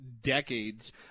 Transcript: decades